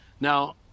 Now